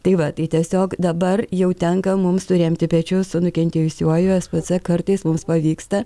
tai va tai tiesiog dabar jau tenka mums suremti pečius su nukentėjusiuoju spc kartais mums pavyksta